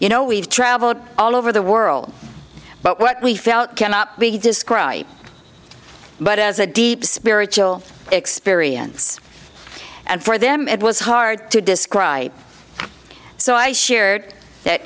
you know we've travelled all over the world but what we felt cannot be described but as a deep spiritual experience and for them it was hard to describe so i shared that